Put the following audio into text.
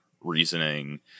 reasoning